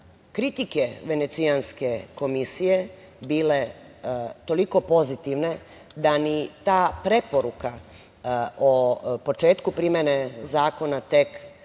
kritike Venecijanske komisije bile toliko pozitivne da ni ta preporuka o početku primene zakona, tek